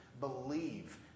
Believe